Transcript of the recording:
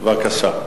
בבקשה.